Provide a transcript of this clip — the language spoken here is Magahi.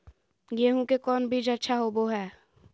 गेंहू के कौन बीज अच्छा होबो हाय?